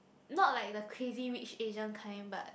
not like the Crazy Rich Asian kind but